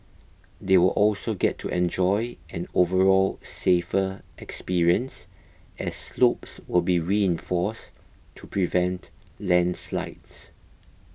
they will also get to enjoy an overall safer experience as slopes will be reinforced to prevent landslides